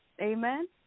Amen